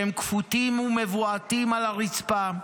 כשהם כפותים ומבועתים על הרצפה,